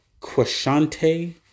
Quashante